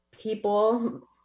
people